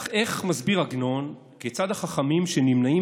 אך איך מסביר עגנון כיצד החכמים שנמנעים